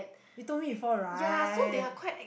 you told me before right